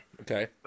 Okay